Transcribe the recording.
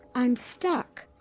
i'm stuck.